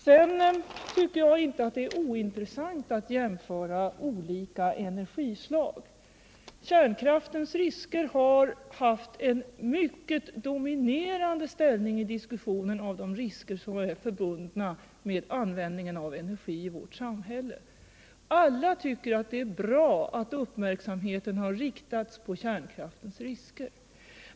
Det är inte ointressant att jämföra olika energislag. Kärnkraftens risker har haft en mycket dominerande ställning i diskussionen av de risker som är förbundna med användningen av energi i vårt samhälle. Alla tycker att det är bra att uppmärksamheten har riktats på kärnkraftens risker.